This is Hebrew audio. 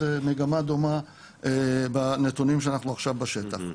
מגמה דומה בנתונים שאנחנו עכשיו בשטח.